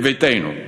בביתנו.